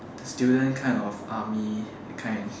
the student kind of army that kind